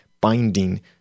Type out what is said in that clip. binding